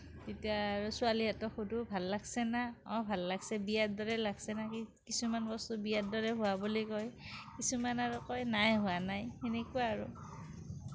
তেতিয়া আৰু ছোৱালীহঁতক সোধোঁ ভাল লাগছে নে অঁ ভাল লাগিছে বিয়াৰ দৰে লাগিছে না কি কিছুমান বস্তু বিয়াৰ দৰে হোৱা বুলি কয় কিছুমান আৰু কয় নাই হোৱা নাই সেনেকুৱা আৰু